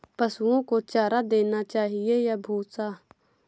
पशुओं को चारा देना चाहिए या भूसा?